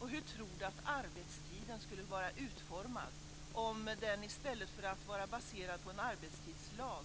Hur tror Kent Olsson att arbetstiden skulle vara utformad om den i stället för att vara baserad på en arbetstidslag